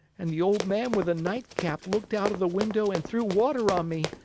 and the old man with a nightcap looked out of the window and threw water on me,